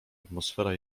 atmosfera